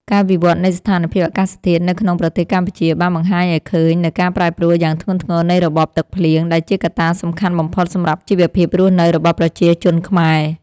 ការវិវត្តនៃស្ថានភាពអាកាសធាតុនៅក្នុងប្រទេសកម្ពុជា បានបង្ហាញឱ្យឃើញនូវការប្រែប្រួលយ៉ាងធ្ងន់ធ្ងរនៃរបបទឹកភ្លៀង ដែលជាកត្តាសំខាន់បំផុតសម្រាប់ជីវភាពរស់នៅរបស់ប្រជាជនខ្មែរ។